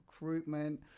recruitment